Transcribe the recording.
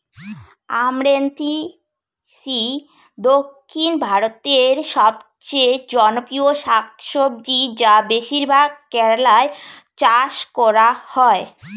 আমরান্থেইসি দক্ষিণ ভারতের সবচেয়ে জনপ্রিয় শাকসবজি যা বেশিরভাগ কেরালায় চাষ করা হয়